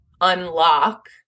unlock